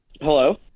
Hello